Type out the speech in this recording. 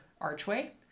archway